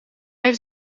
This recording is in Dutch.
heeft